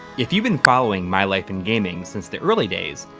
if you've been following my life in gaming since the early days,